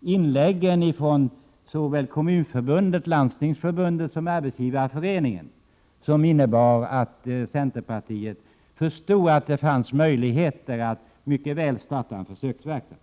inläggen från Kommunförbundet, Landstingsförbundet och Arbetsgivareföreningen som fick centerpartiet att förstå att det mycket väl fanns möjlighet att starta en försöksverksamhet.